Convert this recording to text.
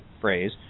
phrase